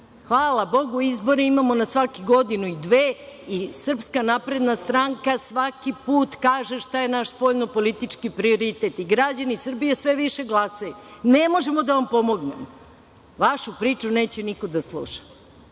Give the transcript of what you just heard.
Hvala Bogu, izbore imamo svakih godinu, dve i SNS svaki put kaže šta je naš spoljnopolitički prioritet i građani Srbije sve više glasaju. Ne možemo da vam pomognemo. Vašu priču neće niko da sluša.